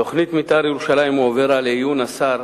תוכנית מיתאר ירושלים הועברה לעיון השר